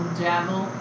javel